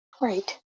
right